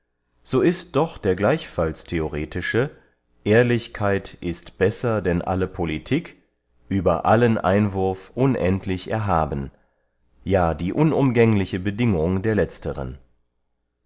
so ist doch der gleichfalls theoretische ehrlichkeit ist besser denn alle politik über allen einwurf unendlich erhaben ja die unumgängliche bedingung der letzteren